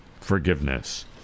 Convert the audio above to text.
forgiveness